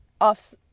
off